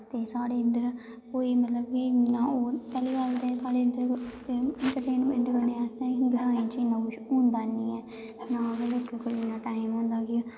ते साढ़े इद्धर कोई मतलब कि कोई इन्ना पैह्ली गल्ल ते साढ़े इद्धर इंट्रटेन करने आस्तै ग्राएं च इन्ना कुछ होंदा निं ऐ नां गै लोकें कोल इन्ना टाईम होंदा कि